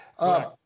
Right